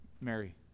Mary